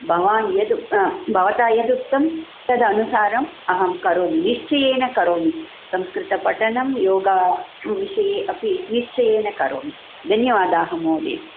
भवान् यद् भवता यद् उक्तम् तद् अनुसारम् अहम् करोमि निश्चयेन करोमि संस्कृतपठनं योग विषये अपि निश्चयेन करोमि धन्यवादाः महोदय